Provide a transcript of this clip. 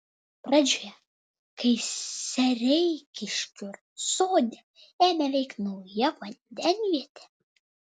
pradžioje kai sereikiškių sode ėmė veikti nauja vandenvietė